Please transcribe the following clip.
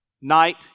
night